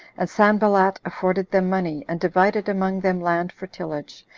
and sanballat afforded them money, and divided among them land for tillage,